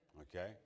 okay